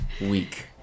Week